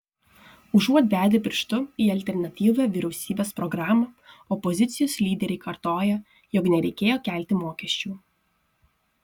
užuot bedę pirštu į alternatyvią vyriausybės programą opozicijos lyderiai kartoja jog nereikėjo kelti mokesčių